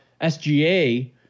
SGA